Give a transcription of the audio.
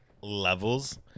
levels